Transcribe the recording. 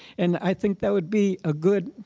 and i think that would be a good